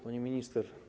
Pani Minister!